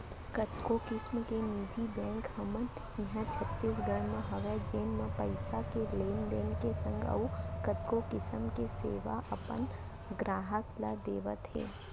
कतको किसम के निजी बेंक हमन इहॉं छत्तीसगढ़ म हवय जेन म पइसा के लेन देन के संग अउ कतको किसम के सेवा अपन गराहक ल देवत हें